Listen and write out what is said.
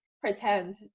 pretend